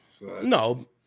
No